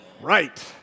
Right